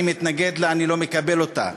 אני מתנגד לה, אני לא מקבל אותה.